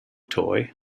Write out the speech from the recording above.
toy